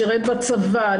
שירת בצבא,